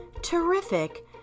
terrific